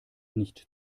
nicht